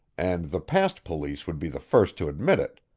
and the past police would be the first to admit it.